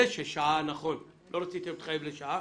זה שלא רציתם להתחייב לשעה